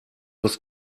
was